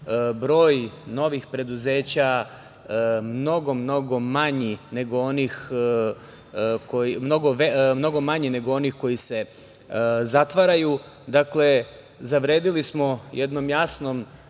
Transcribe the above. broj novih preduzeća mnogo, mnogo manji nego onih koji se otvaraju, dakle zavredeli smo jednom jasnom